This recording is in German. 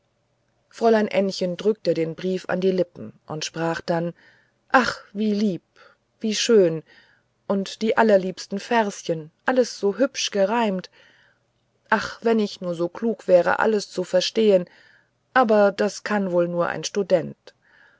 fräulein ännchen drückte den brief an die lippen und sprach dann ach wie lieb wie schön und die allerliebsten verschen alles so hübsch gereimt ach wenn ich nur so klug wäre alles zu verstehen aber das kann wohl nur ein student